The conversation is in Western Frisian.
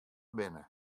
binne